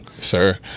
sir